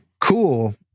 cool